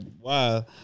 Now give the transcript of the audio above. wow